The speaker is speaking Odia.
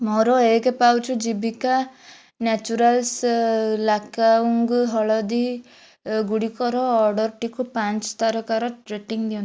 ମୋର ଏକେ ପାଉଚ୍ ଜୀବିକା ନ୍ୟାଚୁରାଲ୍ସ ଲାକାଡ଼ଙ୍ଗ ହଳଦୀ ଗୁଡ଼ିକର ଅର୍ଡ଼ର୍ଟିକୁ ପାଞ୍ଚ ତାରକାର ରେଟିଂ ଦିଅନ୍ତୁ